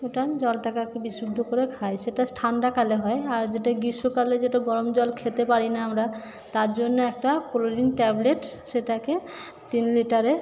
ওটা জলটাকে আর কি বিশুদ্ধ করে খাই সেটা ঠান্ডাকালে হয় আর যেটা গ্রীষ্মকালে যেটা গরম জল খেতে পারি না আমরা তার জন্য একটা ক্লোরিন ট্যাবলেট সেটাকে তিন লিটারে